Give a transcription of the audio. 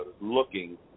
looking